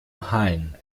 hein